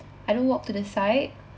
I don't walk to the side